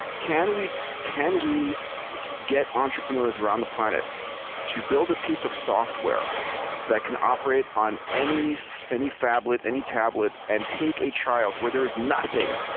can we can we get entrepreneurs around the planet to build a piece of software that can operate on any so any phablet, any tablet, and take a child where there is nothing,